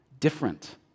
different